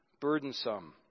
burdensome